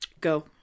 go